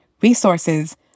resources